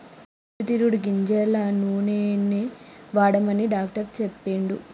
పొద్దు తిరుగుడు గింజల నూనెనే వాడమని డాక్టర్ చెప్పిండు